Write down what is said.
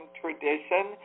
tradition